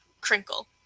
crinkle